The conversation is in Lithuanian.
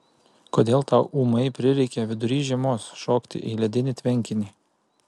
kodėl tau ūmai prireikė vidury žiemos šokti į ledinį tvenkinį